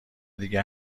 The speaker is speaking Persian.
دیگه